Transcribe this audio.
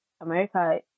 america